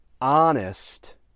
honest